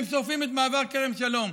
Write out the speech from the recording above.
הם שורפים את מעבר כרם שלום,